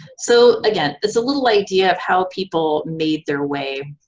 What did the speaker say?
so again, it's a little idea of how people made their way